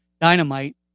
dynamite